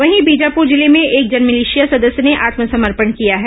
वहीं बीजापुर जिले में एक जनमिलिशिया सदस्य ने आत्मसमर्पण किया है